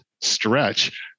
stretch